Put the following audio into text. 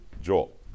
Joel